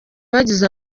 bagize